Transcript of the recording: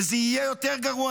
וזה יהיה יותר גרוע,